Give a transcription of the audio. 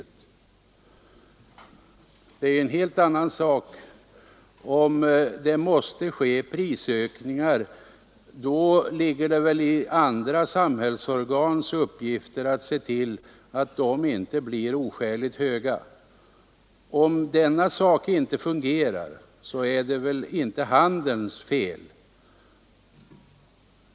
Det är en helt annan sak om det måste ske prisökningar. Då hör det väl till andra samhällsorgans uppgifter att se till att de inte blir oskäliga. Om den saken inte fungerar, så är det väl inte handelns fel.